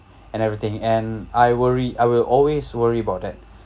and everything and I worry I will always worry about that